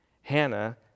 Hannah